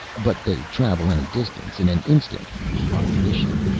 but they travel any distance in an instant by wishing.